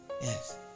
Yes